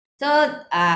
so uh